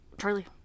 Charlie